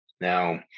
Now